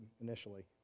initially